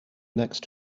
next